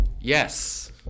Yes